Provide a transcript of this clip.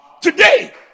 Today